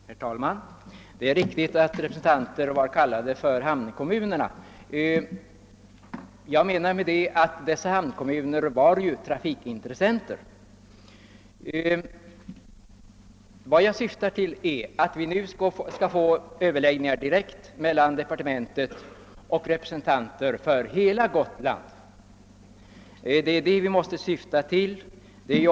Herr talman! Det är riktigt att representanter för hamnkommunerna var kallade till dessa förhandlingar. Hamnkommunerna är ju också trafikintressenter. Min önskan inför de direkta överläggningar som vi nu emotser är att dessa skall föras mellan departementet och representanter för hela Gotland. Det är det vi måste syfta till.